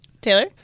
Taylor